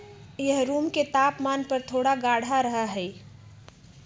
यह रूम के तापमान पर थोड़ा गाढ़ा रहा हई